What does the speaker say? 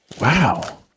Wow